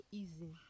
easy